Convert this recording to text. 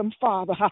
Father